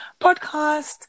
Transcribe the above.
podcast